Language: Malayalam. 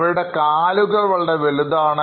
അവരുടെ കാലുകൾ വളരെ വലുതാണ്